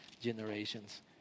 generations